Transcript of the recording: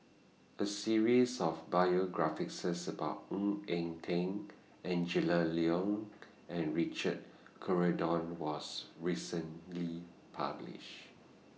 A series of biographies about Ng Eng Teng Angela Liong and Richard Corridon was recently published